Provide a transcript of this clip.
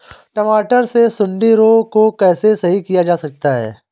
टमाटर से सुंडी रोग को कैसे सही किया जा सकता है?